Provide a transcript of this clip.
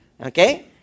Okay